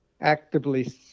actively